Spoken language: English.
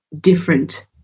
different